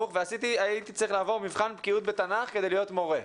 חינוך והייתי צריך לעבור מבחן בקיאות בתנ"ך כדי להיות מורה,